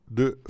de